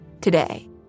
today